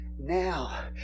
Now